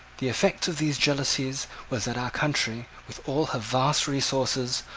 the effect of these jealousies was that our country, with all her vast resources,